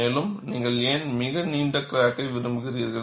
மேலும் நீங்கள் ஏன் மிக நீண்ட கிராக்கை விரும்புகிறீர்கள்